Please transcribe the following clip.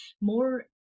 more